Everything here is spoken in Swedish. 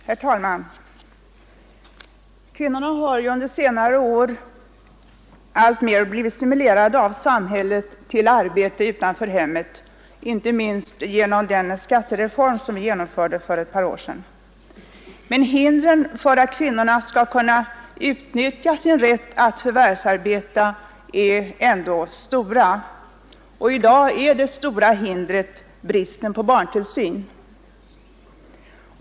Herr talman! Kvinnorna har under senare år blivit alltmer stimulerade av samhället till arbete utanför hemmet, inte minst genom den skattereform som genomfördes för ett par år sedan. Men hindren för att kvinnorna skall kunna utnyttja sin rätt att förvärvsarbeta är ändå stora. I dag är det stora hindret bristen på barntillsyn.